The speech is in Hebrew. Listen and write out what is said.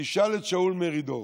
תשאל את שאול מרידור,